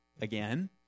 again